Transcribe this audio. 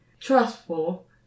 trustful